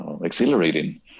exhilarating